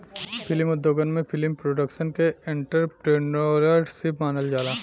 film उद्योगन में film production के एंटरप्रेन्योरशिप मानल जाला